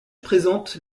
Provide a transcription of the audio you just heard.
présente